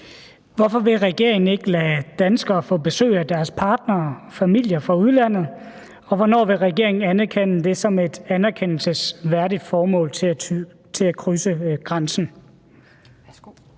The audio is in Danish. Hvorfor vil regeringen ikke lade danskere få besøg af deres partnere og familier fra udlandet, og hvornår vil regeringen anerkende det som et »anerkendelsesværdigt formål« til at krydse grænsen?